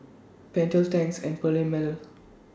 Pentel Tangs and Perllini Mel